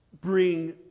bring